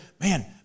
Man